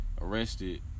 Arrested